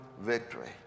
victory